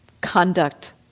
conduct